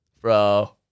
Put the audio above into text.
bro